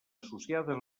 associades